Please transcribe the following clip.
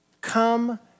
Come